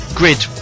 grid